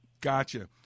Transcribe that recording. Gotcha